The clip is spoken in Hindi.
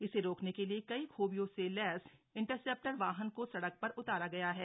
इसे रोकने के लिए कई खूबियों से लैस इंटरसेप्टर वाहन को सड़क पर उतारा गया है